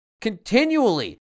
Continually